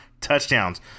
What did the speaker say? touchdowns